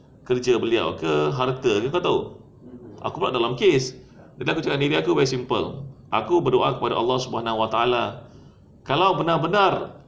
kerja beliau ke harta ke kau tahu aku pula dalam case nanti aku cakap dengan bini aku very simple aku berdoa kepada allah subhannallah wa taala kalau benar benar